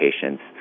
patients